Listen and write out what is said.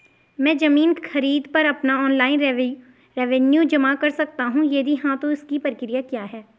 मैं ज़मीन खरीद पर अपना ऑनलाइन रेवन्यू जमा कर सकता हूँ यदि हाँ तो इसकी प्रक्रिया क्या है?